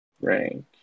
rank